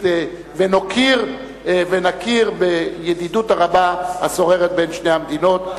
ונוקיר ונכיר בידידות הרבה השוררת בין שני המדינות.